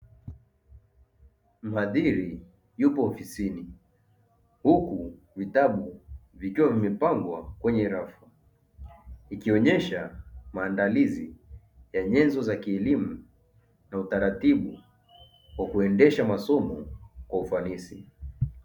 Mhadhiri yupo ofisini huku vitabu vikiwa vimepangwa kwenye rafu, ikionyesha maandalizi ya nyenzo za kielimu na utaratibu wa kuendesha masomo kwa ufanisi.